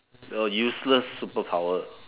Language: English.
oh useless superpower